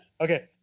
okay